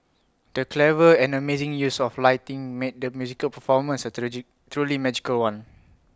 the clever and amazing use of lighting made the musical performance A truly magical one